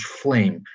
flame